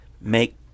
make